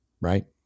right